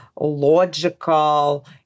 logical